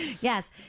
Yes